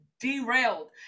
derailed